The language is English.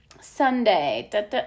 Sunday